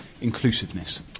inclusiveness